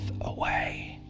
away